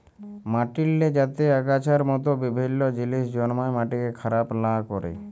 মাটিল্লে যাতে আগাছার মত বিভিল্ল্য জিলিস জল্মায় মাটিকে খারাপ লা ক্যরে